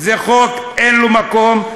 זה חוק שאין לו מקום,